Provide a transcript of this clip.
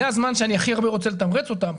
זה הזמן שאני הכי הרבה רוצה לתמרץ אותם,